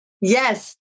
Yes